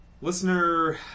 listener